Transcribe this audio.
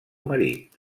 marit